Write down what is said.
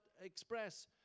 express